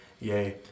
yay